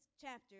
chapter